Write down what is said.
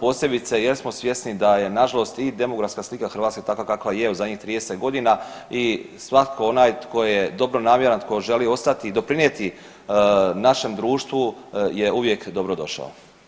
posebice jer smo svjesni da je nažalost i demografska slika Hrvatske takva kakva je u zadnjih 30.g. i svatko onaj tko je dobronamjeran i tko želi ostati i doprinijeti našem društvu je uvijek dobro došao.